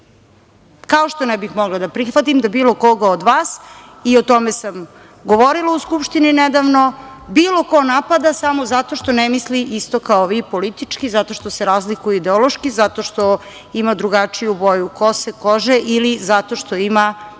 kao što ne bih mogla da prihvatim da bilo koga od vas, i o tome sam govorila u Skupštini nedavno, bilo ko napada samo zato što ne misli isto kao vi politički, zato što se razlikuje ideološki, zato što ima drugačiju boju kose, kože ili zato što ima